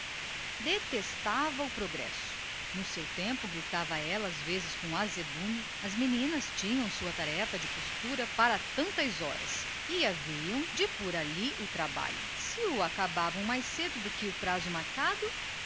detestava o progresso no seu tempo dizia ela com azedume as meninas tinham a sua tarefa de costura para tantas horas e haviam de pôr prali o trabalho se o acabavam mais cedo iam descansar boas desmanchavam minha